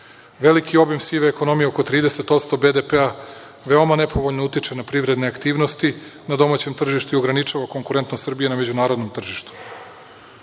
obim sive ekonomije, oko 30% BDP-a, veoma nepovoljno utiče na privredne aktivnosti na domaćem tržištu i ograničava konkurentnost Srbije na međunarodnom tržištu. Novi